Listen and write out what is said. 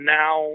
now